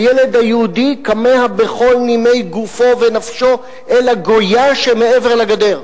הילד היהודי כמה בכל נימי גופו ונפשו אל הגויה שמעבר לגדר.